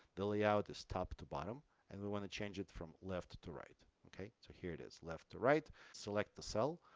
the layout is top to bottom and we want to change it from left to right. okay. so here it is, left to right. select the cell,